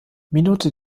minute